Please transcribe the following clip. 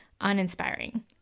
uninspiring